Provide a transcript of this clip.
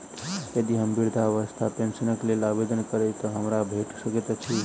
यदि हम वृद्धावस्था पेंशनक लेल आवेदन करबै तऽ हमरा भेट सकैत अछि?